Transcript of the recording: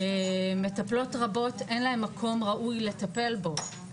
מטפלות רבות אין להן מקום ראוי לטפל בו,